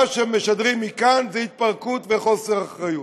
מה שמשדרים מכאן זה התפרקות וחוסר אחריות.